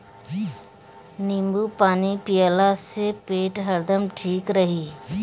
नेबू पानी पियला से पेट हरदम ठीक रही